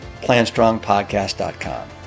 planstrongpodcast.com